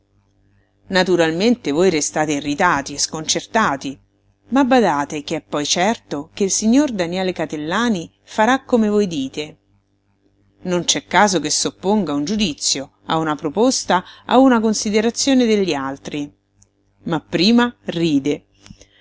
naturalmente voi restate irritati e sconcertati ma badate che è poi certo che il signor daniele catellani farà come voi dite non c'è caso che s'opponga a un giudizio a una proposta a una considerazione degli altri ma prima ride